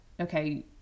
okay